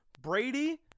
Brady